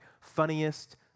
funniest